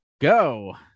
go